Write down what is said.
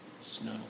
snow